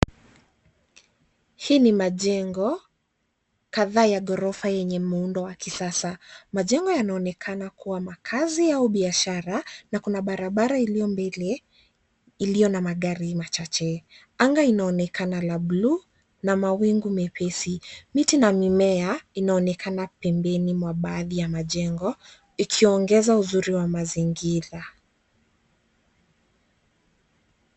Hii ni majengo, kadhaa ya ghorofa yenye muundo wa kisasa. Majengo yanaonekana kuwa makazi au biashara na kuna barabara iliyo mbele iliyo na magari machache. Anga inaonekana la buluu na mawingu mepesi. Miti na mimea inaonekana pembeni mwa baadhi ya majengo, ikiongeza uzuri wa mazingira.